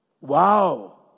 Wow